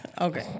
Okay